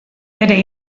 bere